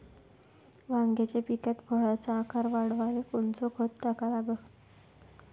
वांग्याच्या पिकात फळाचा आकार वाढवाले कोनचं खत टाका लागन?